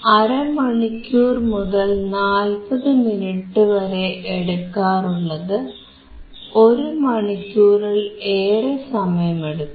അരമണിക്കൂർ മുതൽ 40 മിനിറ്റ് വരെ എടുക്കാറുള്ളത് ഒരു മണിക്കൂറിൽ ഏറെ സമയം എടുത്തു